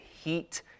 heat